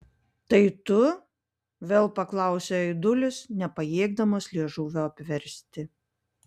tai tu vėl paklausė aidulis nepajėgdamas liežuvio apversti